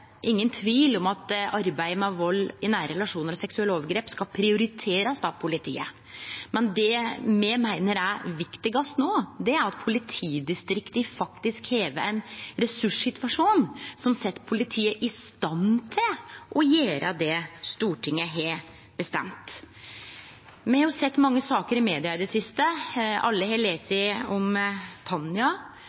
ingen tvil om at arbeidet med vald i nære relasjonar og seksuelle overgrep skal prioriterast av politiet. Men det me meiner er viktigast no, er at politidistrikta har ein ressurssituasjon som set politiet i stand til å gjere det Stortinget har bestemt. Me har sett mange saker i media i det siste. Alle har lese om Tanja